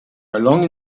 along